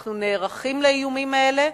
אנחנו נערכים לאיומים האלה,